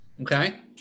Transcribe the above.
okay